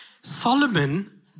Solomon